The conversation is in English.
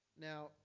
Now